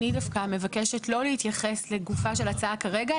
אני דווקא מבקשת לא להתייחס לגופה של הצעה כרגע.